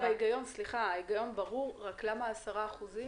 ההיגיון ברור, אבל תסבירו